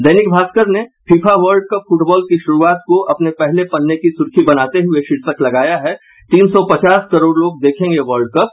दैनिक भास्कर ने FIFA world cup football की शुरूआत को अपने पहले पन्ने की सुर्खी बनाते हुए शीर्षक लगाया है तीन सौ पचास करोड़ लोग देखेंगे वर्ल्ड कप